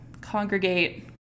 congregate